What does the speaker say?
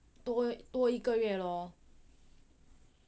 多多一个月咯